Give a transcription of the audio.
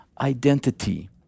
identity